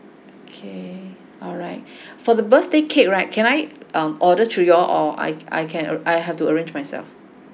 okay alright for the birthday cake right can I um order through y'all or I I can I have to arrange myself